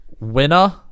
Winner